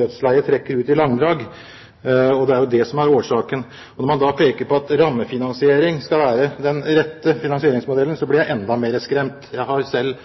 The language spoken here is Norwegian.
dødsleiet trekker ut. Det er det som er årsaken. Når man da peker på at rammefinansiering skal være den rette finansieringsmodellen, blir jeg enda mer skremt. Jeg har selv